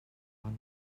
one